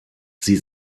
sie